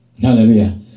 Hallelujah